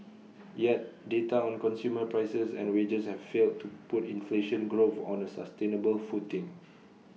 yet data on consumer prices and wages have failed to put inflation growth on A sustainable footing